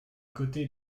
côtés